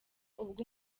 ubwo